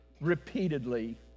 repeatedly